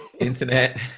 internet